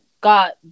got